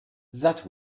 that